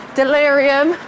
delirium